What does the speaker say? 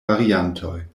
variantoj